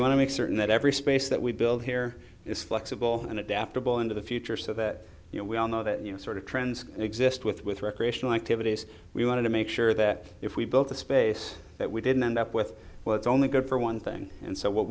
to make certain that every space that we build here is flexible and adaptable into the future so that you know we all know that you know sort of trends exist with with recreational activities we wanted to make sure that if we built a space that we didn't end up with well it's only good for one thing and so what